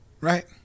right